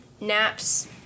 naps